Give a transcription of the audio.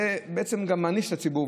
זה בעצם גם מעניש את הציבור,